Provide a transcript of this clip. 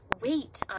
weight